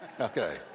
Okay